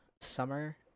summer